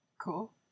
Cool